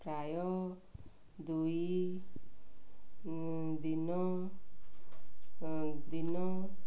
ପ୍ରାୟ ଦୁଇ ଦିନ ଦିନ